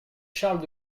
charles